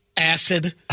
Acid